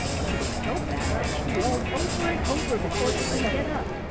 she was so fat that she rolled over and over before she could get up.